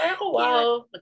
wow